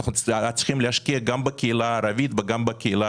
אנחנו צריכים להשקיע גם בקהילה הערבית וגם בקהילה